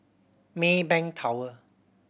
Maybank Tower